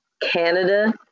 Canada